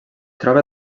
troba